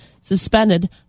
suspended